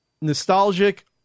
nostalgic